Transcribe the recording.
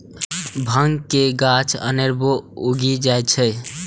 भांग के गाछ अनेरबो उगि जाइ छै